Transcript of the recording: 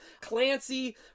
Clancy